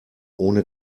ohne